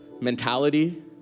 mentality